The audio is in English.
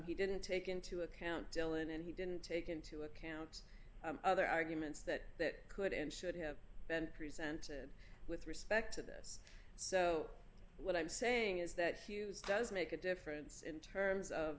he didn't take into account dillon and he didn't take into account other arguments that could and should have been presented with respect to this so what i'm saying is that fuse does make a difference in terms of